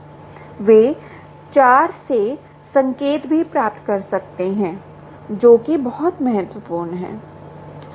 वे 4 से संकेत भी प्राप्त कर सकते हैं जो कि बहुत महत्वपूर्ण है